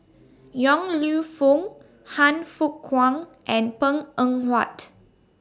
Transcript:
Yong Lew Foong Han Fook Kwang and Png Eng Huat